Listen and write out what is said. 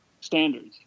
standards